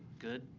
good,